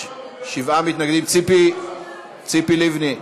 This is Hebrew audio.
ציפי לבני.